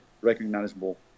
recognizable